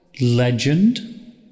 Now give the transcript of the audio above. legend